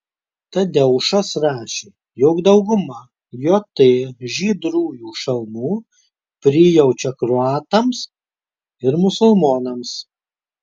tadeušas rašė jog dauguma jt žydrųjų šalmų prijaučia kroatams ir musulmonams